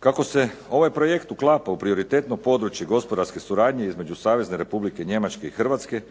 Kako se ovaj projekt uklapa u prioritetno područje gospodarske suradnje između Savezne Republike Njemačke i Hrvatske,